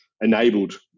enabled